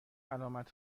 علامت